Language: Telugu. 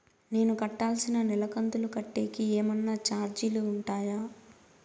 నేను కట్టాల్సిన నెల కంతులు కట్టేకి ఏమన్నా చార్జీలు ఉంటాయా?